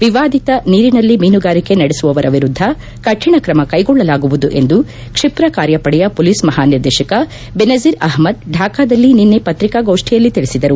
ವಿವಾದಿತ ನೀರಿನಲ್ಲಿ ಮೀನುಗಾರಿಕೆ ನಡೆಸುವವರ ವಿರುದ್ಧ ಕಠಿಣ ತ್ರಮ ಕೈಗೊಳ್ಲಲಾಗುವುದು ಎಂದು ಕ್ಷಿಪ್ತ ಕಾರ್ಯಪಡೆಯ ಪೊಲೀಸ್ ಮಹಾನಿರ್ದೇಶಕ ಬೆನಜೀರ್ ಅಹಮದ್ ಢಾಕಾದಲ್ಲಿ ನಿನ್ನೆ ಪ್ರಕಾಗೋಷ್ನಿಯಲ್ಲಿ ತಿಳಿಸಿದರು